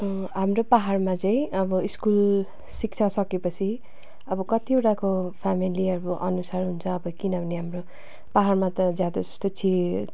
हाम्रो पाहाडमा चाहिँ अब स्कुल शिक्षा सकेपछि अब कतिवटाको फ्यामिली अब अनुसार हुन्छ अब किनभने हाम्रो पाहाडमा त ज्यादा जस्तो चाहिँ